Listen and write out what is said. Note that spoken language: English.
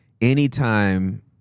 anytime